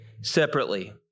separately